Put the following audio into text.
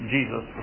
Jesus